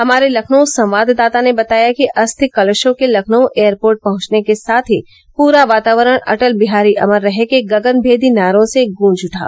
हमारे लखनऊ संवाददाता ने बताया कि अस्थि कलशों के लखनऊ एयरपोर्ट पहुंचने के साथ ही पूरा वातावरण अटल बिहारी अमर रहे के गगनभेदी नारों से गूंज उठा